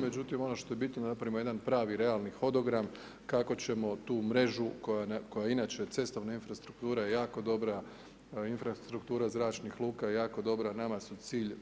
Međutim, ono što je bitno da napravimo jedan pravi, realni hodogram kako ćemo tu mrežu koja je inače cestovna infrastruktura je jako dobra, infrastruktura zračnih luka je jako dobra, nama su cilj